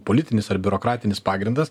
politinis ar biurokratinis pagrindas